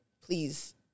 Please